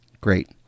Great